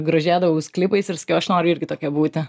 grožėdavaus klipais ir sakiau aš noriu irgi tokia būti